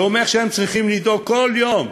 זה אומר שהם צריכים לדאוג כל יום,